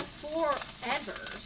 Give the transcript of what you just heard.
forever